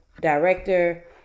director